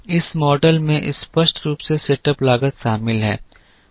इस मॉडल में स्पष्ट रूप से सेटअप लागत शामिल है